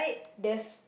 there's